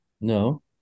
No